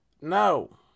No